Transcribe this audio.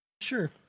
Sure